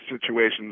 situations